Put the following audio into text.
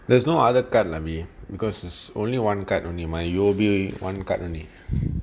there's no other card lah I mean because is only one card only my U_O_B one card only